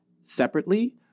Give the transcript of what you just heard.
separately